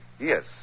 Yes